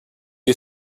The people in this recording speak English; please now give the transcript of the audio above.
you